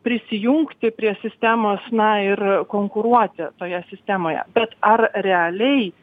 prisijungti prie sistemos na ir konkuruoti toje sistemoje bet ar realiai